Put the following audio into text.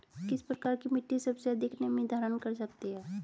किस प्रकार की मिट्टी सबसे अधिक नमी धारण कर सकती है?